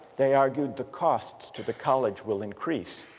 they argued, the costs to the college will increase.